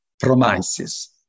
promises